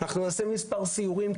אנחנו נעשה מספר סיורים.